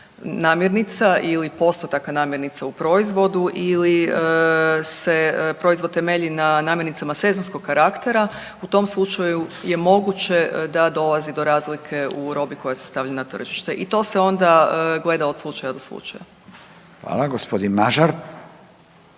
namirnica ili postotak namirnica u proizvodu ili se proizvod temelji na namirnicama sezonskog karaktera, u tom slučaju je moguće da dolazi do razlike u robi koja se stavlja na tržište i to se onda gleda od slučaja do slučaja. **Radin,